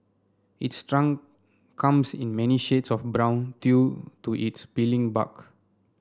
its trunk comes in many shades of brown due to its peeling bark